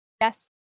Yes